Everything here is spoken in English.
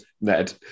Ned